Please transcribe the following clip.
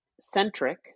centric